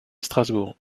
strasbourg